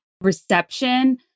reception